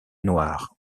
noir